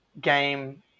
game